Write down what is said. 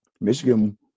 Michigan